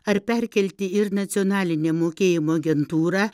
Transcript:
ar perkelti ir nacionalinę mokėjimo agentūrą